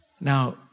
Now